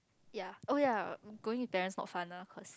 ya oh ya going with parents not fun lah cause